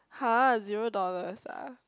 [huh] zero dollars ah